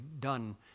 done